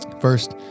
first